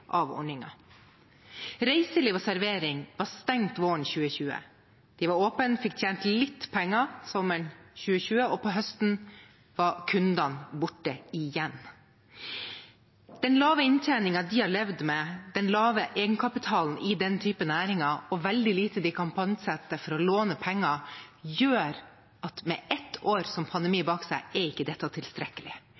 av ordningen. Reiseliv og servering var stengt våren 2020. De var åpne og fikk tjent litt penger sommeren 2020, men på høsten var kundene borte igjen. Den lave inntjeningen de har levd med, den lave egenkapitalen i den type næringer, med veldig lite de kan pantsette for å låne penger, gjør at dette ikke er tilstrekkelig etter ett år med pandemi.